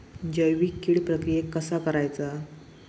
जैविक कीड प्रक्रियेक कसा करायचा?